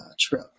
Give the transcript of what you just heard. trip